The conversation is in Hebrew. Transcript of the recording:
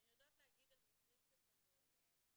הן יודעות להגיד על מקרים שפנו אליהם.